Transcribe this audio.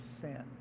sin